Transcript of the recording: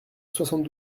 soixante